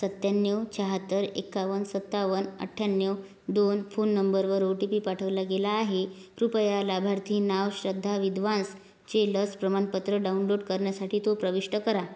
सत्याण्ण्यव शहात्तर एकावन्न सत्तावन्न अठ्ठ्याण्णव दोन फोन नंबरवर ओ टी पी पाठवला गेला आहे कृपया लाभार्थी नाव श्रद्धा विद्वांसचे लस प्रमाणपत्र डाउनलोड करण्यासाठी तो प्रविष्ट करा